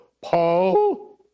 Paul